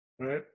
right